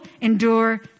endure